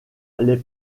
les